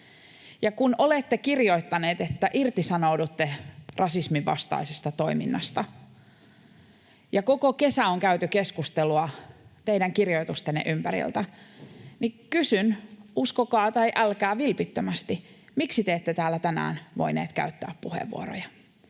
kun olette kirjoittaneet, että irtisanoudutte rasismin vastaisesta toiminnasta ja koko kesä on käyty keskustelua teidän kirjoitustenne ympäriltä, niin kysyn, uskokaa tai älkää, vilpittömästi: miksi te ette täällä tänään voineet käyttää puheenvuoroja?